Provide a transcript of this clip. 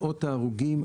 מאות ההרוגים,